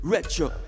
Retro